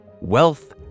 wealth